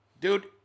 Dude